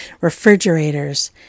refrigerators